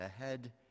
ahead